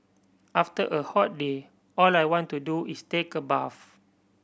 after a hot day all I want to do is take a bath